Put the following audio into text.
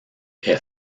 est